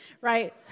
right